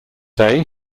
day